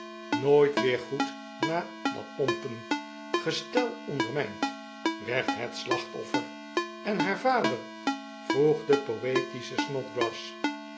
nooit weer goed na dat pompen gestel ondermijnd werd het slachtoffer en haar vader vroeg de poetische